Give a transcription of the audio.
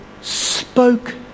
spoke